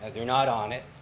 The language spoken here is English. they're not on it.